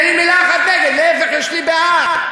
להפך, יש לי בעד.